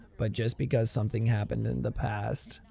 but just because something happened in the past,